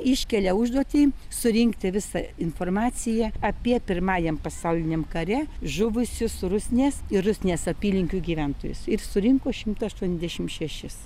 iškelia užduotį surinkti visą informaciją apie pirmajam pasauliniam kare žuvusius rusnės ir rusnės apylinkių gyventojus ir surinko šimtą aštuoniasdešim šešis